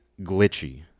glitchy